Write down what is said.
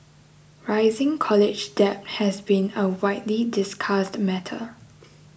rising college debt has been a widely discussed matter